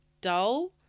dull